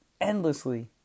endlessly